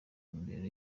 intumbero